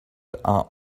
are